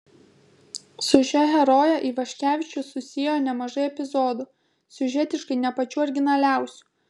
su šia heroje ivaškevičius susiejo nemažai epizodų siužetiškai ne pačių originaliausių